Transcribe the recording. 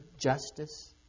justice